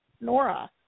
Nora